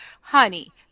Honey